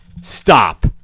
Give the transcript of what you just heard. stop